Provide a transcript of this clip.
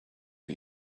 are